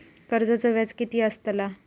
कर्जाचो व्याज कीती असताला?